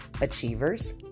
achievers